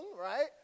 right